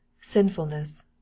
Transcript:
sinfulness